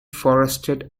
forested